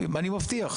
אני מבטיח.